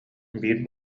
биир